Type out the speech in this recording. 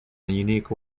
unique